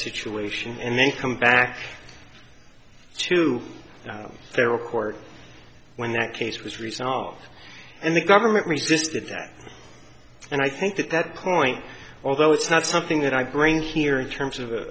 situation and then come back to their record when that case was resolved and the government resisted that and i think that that point although it's not something that i bring here in terms of